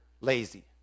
lazy